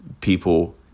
people